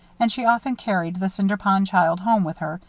and she often carried the cinder pond child home with her,